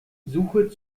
suche